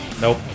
nope